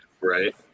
Right